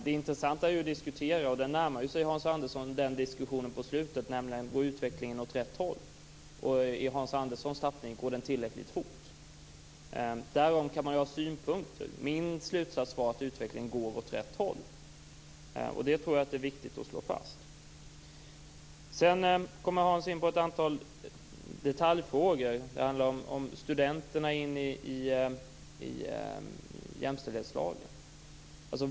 Det intressanta att diskutera är, och den diskussionen närmade sig Hans Andersson på slutet: Går utvecklingen åt rätt håll, och går den, i Hans Anderssons tappning, tillräckligt fort? Därom kan man ha synpunkter. Min slutsats är att utvecklingen går åt rätt håll. Det tror jag är viktigt att slå fast. Hans Andersson kommer sedan in på ett antal detaljfrågor. Det handlar om studenternas ställning i jämställdhetslagen.